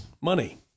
money